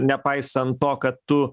nepaisant to kad tu